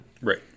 Right